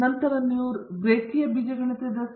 ಆದ್ದರಿಂದ ನೀವು ಯಾವಾಗಲೂ R ವರ್ಗವು 1 ಕ್ಕೆ ಸಮನಾಗಿರುತ್ತದೆ